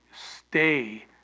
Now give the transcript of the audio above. stay